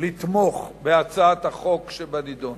לתמוך בהצעת החוק שבנדון.